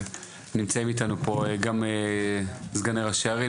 נמצאים אתנו פה גם סגני ראשי ערים,